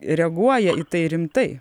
reaguoja į tai rimtai